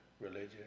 religion